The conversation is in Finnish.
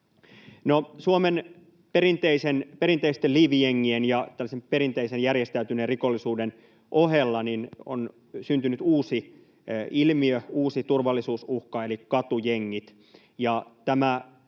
Suomen perinteisten liivijengien ja tällaisen perinteisen järjestäytyneen rikollisuuden ohelle on syntynyt uusi ilmiö, uusi turvallisuusuhka eli katujengit,